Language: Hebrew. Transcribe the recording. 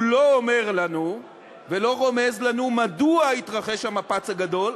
הוא לא אומר לנו ולא רומז לנו מדוע התרחש המפץ הגדול,